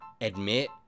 admit